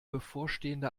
bevorstehende